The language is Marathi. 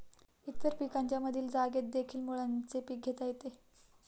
इतर पिकांच्या मधील जागेतदेखील मुळ्याचे पीक घेता येते